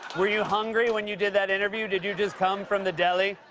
were you hungry when you did that interview? did you just come from the deli?